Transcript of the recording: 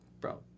bro